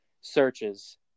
searches